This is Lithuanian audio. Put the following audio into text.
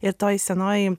ir toji senoji